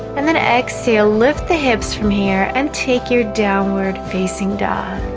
and then exhale lift the hips from here and take your downward facing dog